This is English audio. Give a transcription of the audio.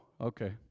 okay